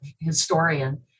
historian